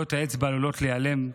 טביעות האצבע עלולות להיעלם,